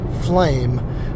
flame